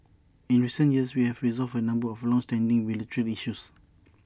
in recent years we have resolved A number of longstanding bilateral issues